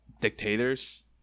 Dictators